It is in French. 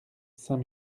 saint